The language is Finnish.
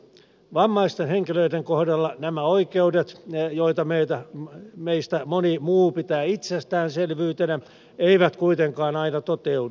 vammaisten henkilöiden kohdalla nämä oikeudet joita meistä moni muu pitää itsestäänselvyytenä eivät kuitenkaan aina toteudu